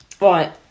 Right